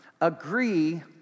agree